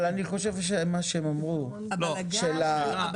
--- יותר גדולה.